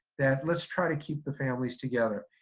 that let's try to keep the families together.